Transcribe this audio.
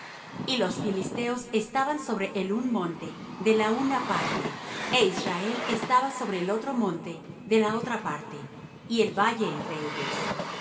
y los filisteos estaban sobre el un monte de la una parte é israel estaba sobre el otro monte de la otra parte y el valle entre ellos